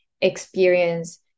experience